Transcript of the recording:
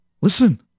Listen